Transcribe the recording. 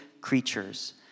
creatures